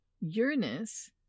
Uranus